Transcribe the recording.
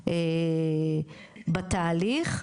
בתהליך.